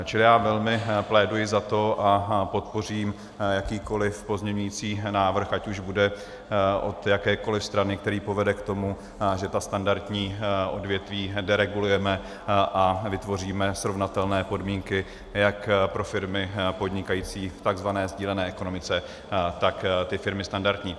Čili já velmi pléduji za to a podpořím jakýkoliv pozměňující návrh, ať už bude od jakékoli strany, který povede k tomu, že ta standardní odvětví deregulujeme a vytvoříme srovnatelné podmínky jak pro firmy podnikající v tzv. sdílené ekonomice, tak ty firmy standardní.